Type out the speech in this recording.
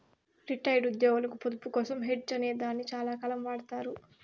retired ఉద్యోగులకు పొదుపు కోసం హెడ్జ్ అనే దాన్ని చాలాకాలం వాడతారు